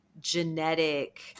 genetic